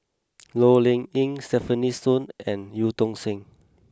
Low Yen Ling Stefanie Sun and Eu Tong Sen